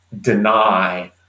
deny